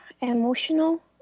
emotional